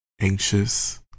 anxious